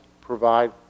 provide